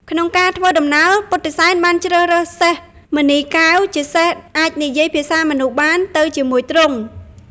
ក្នុងការធ្វើដំណើរពុទ្ធិសែនបានជ្រើសរើសសេះមណីកែវ ជាសេះអាចនិយាយភាសាមនុស្សបានទៅជាមួយទ្រង់។